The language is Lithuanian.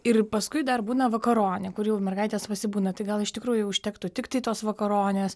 ir paskui dar būna vakaronė kur jau mergaitės pasibūna tai gal iš tikrųjų užtektų tiktai tos vakaronės